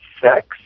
sex